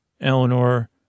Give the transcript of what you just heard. Eleanor